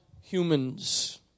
humans